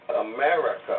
America